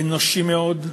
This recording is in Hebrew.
אנושי מאוד,